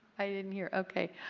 i didn't hear. okay.